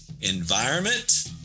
Environment